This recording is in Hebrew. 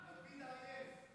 לפיד עייף.